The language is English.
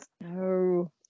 No